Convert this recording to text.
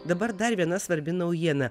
dabar dar viena svarbi naujiena